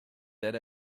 that